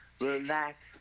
Relax